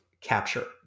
capture